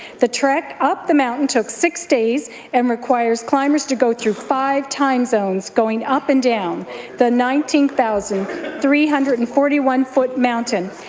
the trek up the mountain took six days and requires climbers to go through five time zones going up and down the nineteen thousand three hundred and forty foot mountain.